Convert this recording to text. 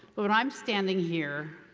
but when i'm standing here,